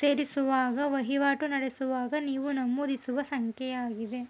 ಸೇರಿಸುವಾಗ ವಹಿವಾಟು ನಡೆಸುವಾಗ ನೀವು ನಮೂದಿಸುವ ಸಂಖ್ಯೆಯಾಗಿದೆ